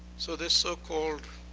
so this so-called